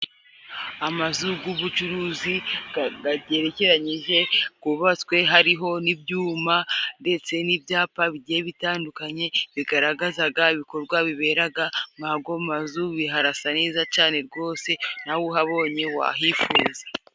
Amazu g'ubucuruzi gagerekeranyije, gubatswe hariho n'ibyuma ndetse n'ibyapa bigiye bitandukanye, bigaragazaga ibikorwa biberaga mw'ago mazu. Harasa neza cane, gose nawe uhabonye wahifuza.